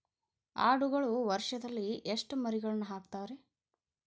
ಆಡುಗಳು ವರುಷದಲ್ಲಿ ಎಷ್ಟು ಮರಿಗಳನ್ನು ಹಾಕ್ತಾವ ರೇ?